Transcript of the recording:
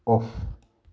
off